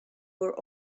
were